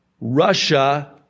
Russia